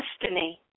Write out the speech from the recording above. destiny